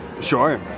Sure